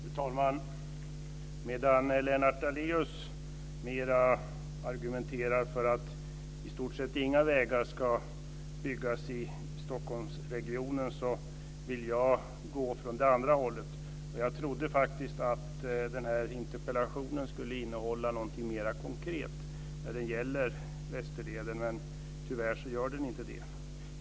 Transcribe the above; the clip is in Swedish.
Fru talman! Medan Lennart Daléus argumenterar för att i stort sett inga vägar ska byggas i Stockholmsregionen, vill jag gå från det andra hållet. Jag trodde att interpellationssvaret skulle innehålla någonting mer konkret om Västerleden, men tyvärr gör det inte det.